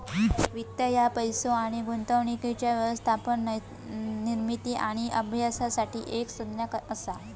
वित्त ह्या पैसो आणि गुंतवणुकीच्या व्यवस्थापन, निर्मिती आणि अभ्यासासाठी एक संज्ञा असा